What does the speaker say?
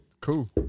cool